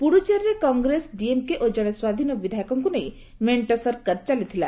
ପୁଡ଼ୁଚେରୀରେ କଂଗ୍ରେସ ଡିଏମକେ ଓ ଜଣେ ସ୍ୱାଧୀନ ବିଧାୟକଙ୍କୁ ନେଇ ମେଣ୍ଟ ସରକାର ଚାଲିଥିଲା